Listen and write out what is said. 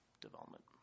development